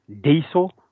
diesel